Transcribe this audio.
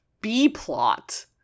B-plot-